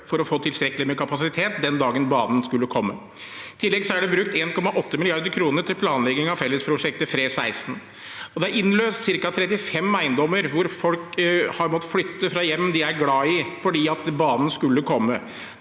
for å få tilstrekkelig med kapasitet den dagen banen skulle komme. I tillegg er det brukt 1,8 mrd. kr til planlegging av fellesprosjektet FRE16, og det er innløst ca. 35 eiendommer, hvor folk har måttet flytte fra hjem de var glad i, fordi banen skulle komme